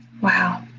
Wow